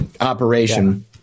operation